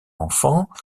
enfants